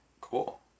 Cool